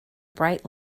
bright